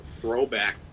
throwback